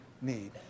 need